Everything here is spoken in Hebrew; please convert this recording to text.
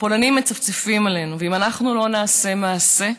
הפולנים מצפצפים עלינו, ואם אנחנו לא נעשה מעשה,